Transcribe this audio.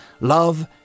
love